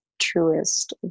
truest